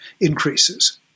increases